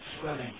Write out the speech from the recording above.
swelling